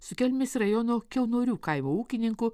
su kelmės rajono kiaunorių kaimo ūkininku